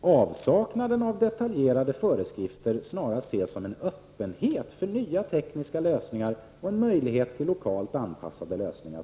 ''avsaknaden av detaljerade föreskrifter snarast ses som en öppenhet för nya tekniska lösningar och en möjlighet till lokalt anpassade lösningar''.